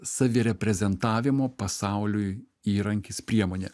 savireprezentavimo pasauliui įrankis priemonė